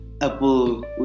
Apple